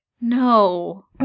No